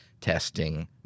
testing